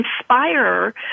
inspire